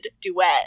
duet